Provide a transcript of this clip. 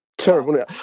terrible